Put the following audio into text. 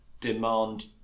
demand